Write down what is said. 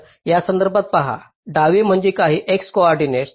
तर यासंदर्भात पहा डावी म्हणजे काही x कोऑर्डिनेट